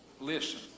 Listen